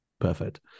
perfect